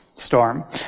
storm